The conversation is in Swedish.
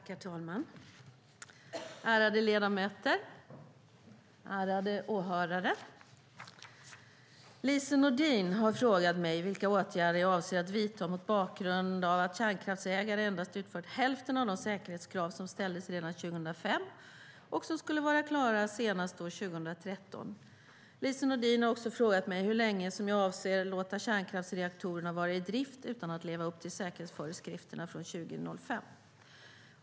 Herr talman, ärade ledamöter och ärade åhörare! Lise Nordin har frågat mig vilka åtgärder jag avser att vidta mot bakgrund av att kärnkraftsägarna endast utfört hälften av de säkerhetskrav som ställdes redan 2005 och som skulle vara klara senast år 2013. Lise Nordin har också frågat mig hur länge jag avser att låta kärnkraftsreaktorerna vara i drift utan att leva upp till säkerhetsföreskrifterna från 2005.